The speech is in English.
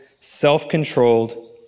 self-controlled